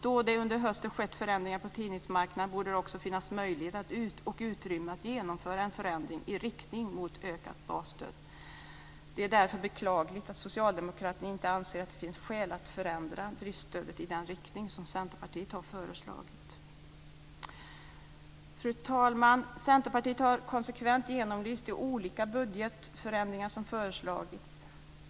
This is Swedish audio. Då det under hösten har skett förändringar på tidningsmarknaden borde det också finnas möjlighet och utrymme att genomföra en förändring i riktning mot ökat basstöd. Det är därför beklagligt att socialdemokraterna inte anser att det finns skäl att förändra driftsödet i den riktning som Centerpartiet har föreslagit. Fru talman! Centerpartiet har konsekvent genomlyst de olika budgetförändringar som föreslagits.